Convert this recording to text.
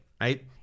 right